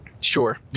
Sure